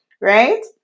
right